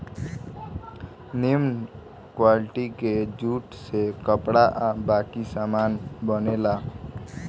निमन क्वालिटी के जूट से कपड़ा आ बाकी सामान बनेला